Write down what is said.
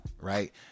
right